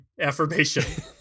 affirmation